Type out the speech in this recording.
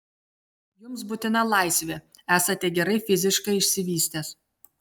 jums būtina laisvė esate gerai fiziškai išsivystęs